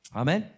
amen